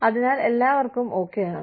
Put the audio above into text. അതിനാൽ എല്ലാവർക്കും ഓക്കേ ആണ്